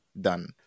done